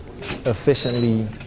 efficiently